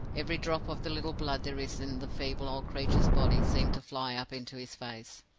every drop of the little blood there is in the feeble old creature's body seemed to fly up into his face.